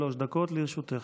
שלוש דקות לרשותך.